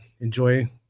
enjoy